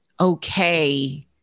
okay